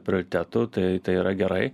prioritetų tai tai yra gerai